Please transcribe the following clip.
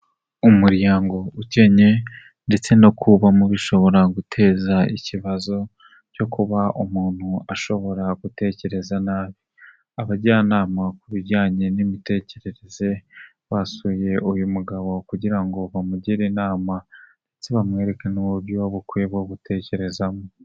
Umuryango ukennye ndetse no kuba mubi bishobora guteza ikibazo cyo kuba umuntu ashobora gutekereza nabi. Abajyanama ku bijyanye n'imitekerereze basuye uyu mugabo kugira ngo bamugire inama ndetse bamwereke n'uburyo bukwiye bwo gutekerezamo.